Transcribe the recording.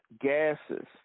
gases